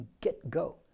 get-go